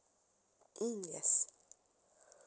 mm yes